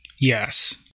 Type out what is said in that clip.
yes